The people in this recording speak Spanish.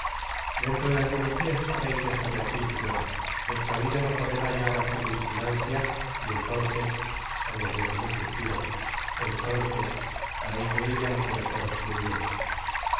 dentro algunos dias estareis lejos de aqui señora vuestra vida no correrá ya bajo mi vigilancia y entonces añadió con un suspiro entonces hareis de ella lo que mejor os